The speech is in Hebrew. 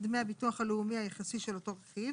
רכיב